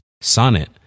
Sonnet